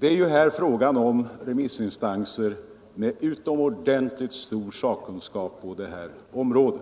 Det är ju här fråga om remissinstanser med utomordentligt stor sakkunskap på detta område.